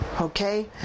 okay